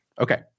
Okay